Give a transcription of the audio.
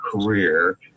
career